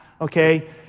Okay